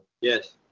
Yes